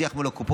בשיח מול הקופות,